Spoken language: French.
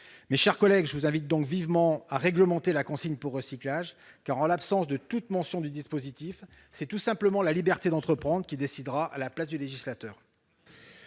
Mes chers collègues, je vous invite vivement à réglementer la consigne pour recyclage. En l'absence de toute mention du dispositif, c'est tout simplement la liberté d'entreprendre qui décidera à la place du législateur.